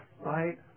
right